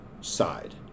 side